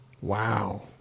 Wow